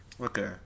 Okay